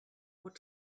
what